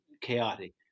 chaotic